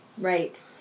Right